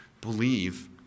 believe